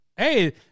Hey